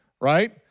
right